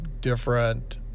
different